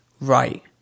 right